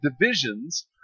divisions